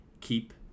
Keep